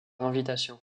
invitation